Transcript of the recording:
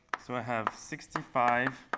so i have sixty five,